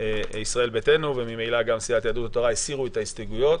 ישראל ביתנו וממילא גם סיעת יהדות התורה הסירו את ההסתייגויות,